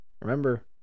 remember